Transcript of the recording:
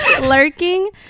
lurking